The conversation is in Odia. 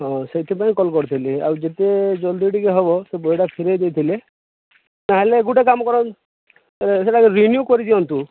ହଁ ସେଇଥିପାଇଁ କଲ୍ କରିଥିଲି ଆଉ ଯେତେ ଜଲ୍ଦି ଟିକେ ହେବ ସେ ବହିଟା ଫେରେଇଦେଇଥିଲେ ତାହେଲେ ଗୋଟେ କାମ କରନ୍ତୁ ସେଟାକୁ ରିନ୍ୟୁ କରିଦିଅନ୍ତୁ